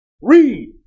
Read